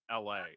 LA